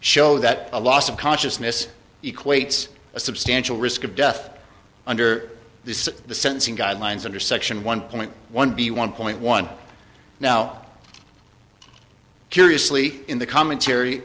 show that a loss of consciousness equates a substantial risk of death under the the sentencing guidelines under section one point one b one point one now curiously in the commentary